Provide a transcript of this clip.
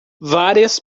várias